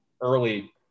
early